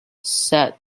said